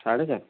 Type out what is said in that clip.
ସାଢ଼େ ଚାଏର୍